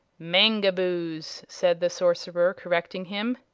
mangaboos, said the sorcerer, correcting him.